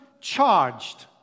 charged